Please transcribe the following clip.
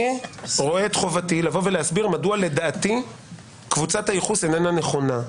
אני רואה את חובתי לבוא ולהסביר מדוע לדעתי קבוצת הייחוס איננה נכונה.